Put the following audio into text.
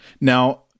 Now